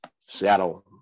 Seattle